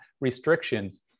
restrictions